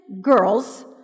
girls